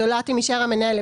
זולת אם אישר המנהל,